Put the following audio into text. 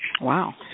Wow